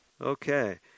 Okay